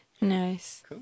nice